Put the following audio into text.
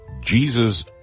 Jesus